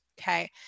Okay